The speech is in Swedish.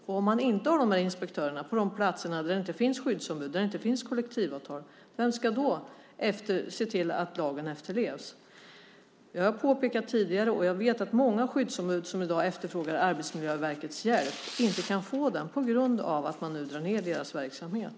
Om man inte har inspektörer på de platser där det inte finns skyddsombud eller kollektivavtal, vem ska då se till att lagen efterlevs? Jag har påpekat detta tidigare, och jag vet att många skyddsombud som i dag efterfrågar Arbetsmiljöverkets hjälp inte kan få den, på grund av att man nu drar ned på deras verksamhet.